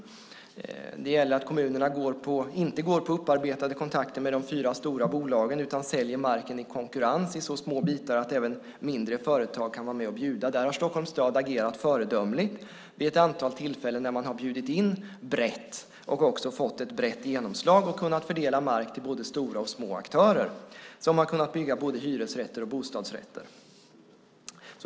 Det gäller att kommunerna inte går på upparbetade kontakter med de fyra stora bolagen utan säljer marken i konkurrens i så små bitar att även mindre företag kan vara med och bjuda. Där har Stockholms stad agerat föredömligt vid ett antal tillfällen när man har bjudit in brett och också fått ett brett genomslag och kunnat fördela mark till både stora och små aktörer. På det sättet har man kunnat bygga både hyresrätter och bostadsrätter.